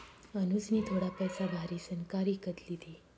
अनुजनी थोडा पैसा भारीसन कार इकत लिदी